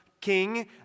king